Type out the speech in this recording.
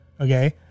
Okay